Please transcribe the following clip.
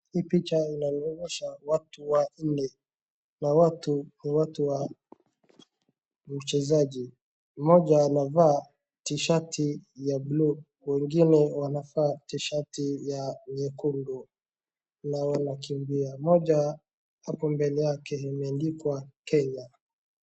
Hii picha inaonyesha watu wanne na watu ni watu wa mchezaji. Mmoja anavaa tishati ya buluu, mwingine anavaa tishati ya nyekundu na wanakimbia. Mmoja hapo mbele yake imeandikwa Kenya.